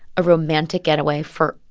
a romantic getaway for,